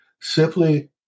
simply